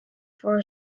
for